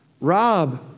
Rob